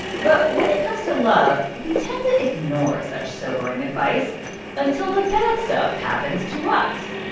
but when it comes to love, we tend to ignore such sobering advice until the bad stuff happens to us.